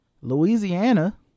Louisiana